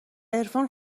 عرفان